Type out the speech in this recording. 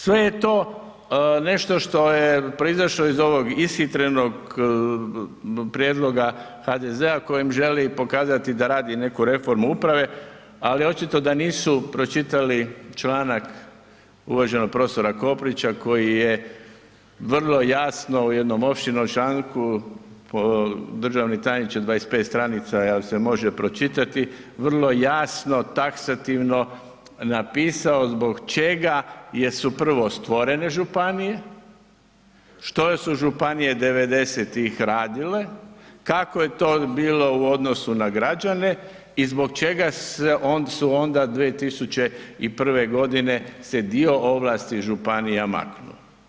Sve je to nešto što je proizašlo iz ovog ishitrenog prijedloga HDZ-a kojim želim pokazati da radi neku reformu uprave ali očito da nisu pročitali članak uvaženog prof. Koprića koji je vrlo jasno u jednom opširnom članku, državni tajniče 25 stranica jer se može pročitati vrlo jasno, taksativno napisao zbog čega su prvo stvorene županije, što su županije '90.-tih radile, kako je to bilo u odnosu na građane i zbog čega su onda 2001. godine se dio ovlasti županija maknuo.